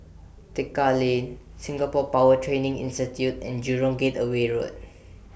Tekka Lane Singapore Power Training Institute and Jurong Gateway Road